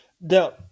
Now